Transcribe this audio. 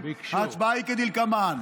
ההצבעה היא כדלקמן,